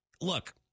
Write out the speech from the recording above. look